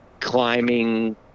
climbing